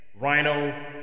rhino